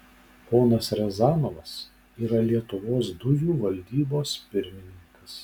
ponas riazanovas yra lietuvos dujų valdybos pirmininkas